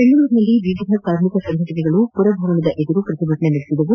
ಬೆಂಗಳೂರಿನಲ್ಲಿ ವಿವಿಧ ಕಾರ್ಮಿಕ ಸಂಘಟನೆಗಳು ಮರಭವನದ ಮುಂದೆ ಪ್ರತಿಭಟನೆ ನಡೆಸಿದವು